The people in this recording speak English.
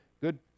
good